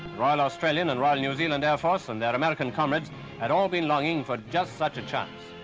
royal australian and royal new zealand air force and their american comrades had all been longing for just such a chance.